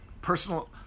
personal